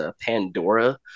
Pandora